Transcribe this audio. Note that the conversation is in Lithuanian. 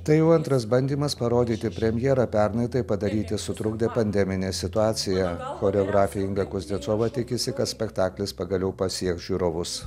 tai jau antras bandymas parodyti premjerą pernai tai padaryti sutrukdė pandeminė situacija choreografė inga kuznecova tikisi kad spektaklis pagaliau pasieks žiūrovus